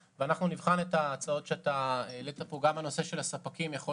גם אני כבעלת עסק ניגשתי